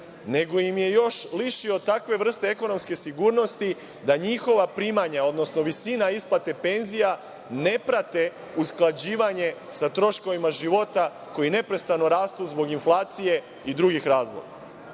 nego ih je još lišio takve vrste ekonomske sigurnosti da njihova primanja, odnosno visine isplata penzija ne prate usklađivanje sa troškovima života koji neprestano rastu zbog inflacije i drugih razloga.